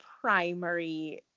primary